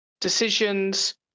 decisions